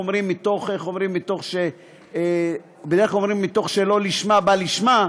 בדרך כלל אומרים: מתוך שלא לשמה בא לשמה.